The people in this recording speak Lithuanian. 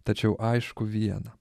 tačiau aišku viena